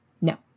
No